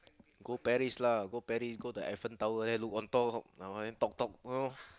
go Paris lah go Paris go the Eiffel Tower there look on top down there talk talk you know